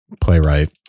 playwright